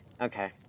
Okay